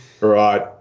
Right